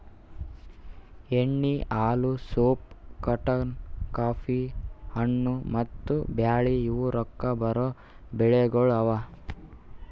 ಎಣ್ಣಿ, ಹಾಲು, soap, cotton, coffee, ಹಣ್ಣು, ಮತ್ತ ಬ್ಯಾಳಿ ಇವು ರೊಕ್ಕಾ ಬರೋ ಬೆಳಿಗೊಳ್ ಅವಾ